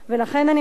אני מסיימת,